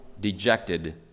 dejected